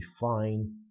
fine